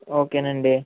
ఓకేనండి